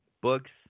books